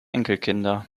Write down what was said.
enkelkinder